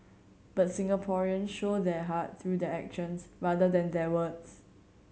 but Singaporeans show their heart through their actions rather than their words